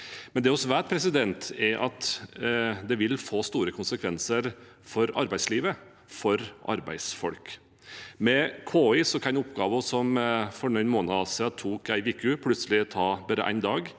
i. Det vi vet, er at det vil få store konsekvenser for arbeidslivet, for arbeidsfolk. Med KI kan oppgaver som for noen måneder siden tok en uke, plutselig ta bare en dag.